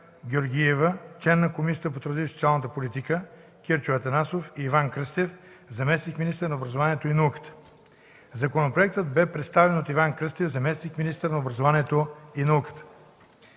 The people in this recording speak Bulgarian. Георгиева – член на Комисията по труда и социалната политика, Кирчо Атанасов, Иван Кръстев – заместник-министър на образованието и науката. Законопроектът беше представен от Иван Кръстев – заместник-министър на образованието и науката.